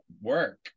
work